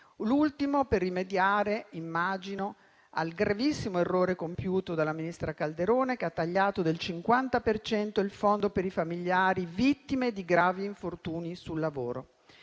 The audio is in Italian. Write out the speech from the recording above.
tentativo per rimediare al gravissimo errore compiuto dalla ministra Calderone, che ha tagliato del 50 per cento il fondo per i familiari delle vittime di gravi infortuni sul lavoro.